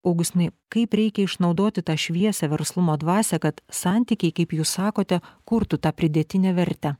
augustinai kaip reikia išnaudoti tą šviesią verslumo dvasią kad santykiai kaip jūs sakote kurtų tą pridėtinę vertę